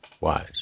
wise